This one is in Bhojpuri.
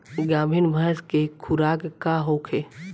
गाभिन भैंस के खुराक का होखे?